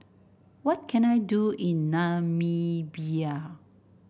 what can I do in Namibia